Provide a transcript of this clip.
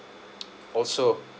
also